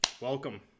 Welcome